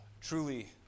truly